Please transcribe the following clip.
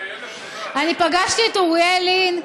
אני פגשתי את אוריאל לין,